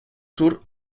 sur